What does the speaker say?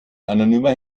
anonymer